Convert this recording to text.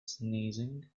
sneezing